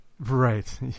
Right